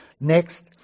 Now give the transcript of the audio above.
next